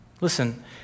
Listen